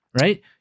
Right